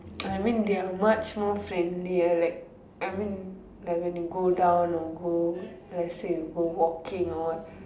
I mean they are much more friendlier like I mean like when you go down or go let say you go walking or what